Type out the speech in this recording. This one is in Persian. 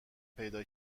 پیدا